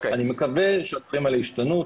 אני מקווה שהדברים האלה ישתנו.